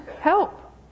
help